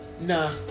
Nah